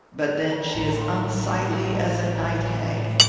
but then she is unsightly as a night-hag,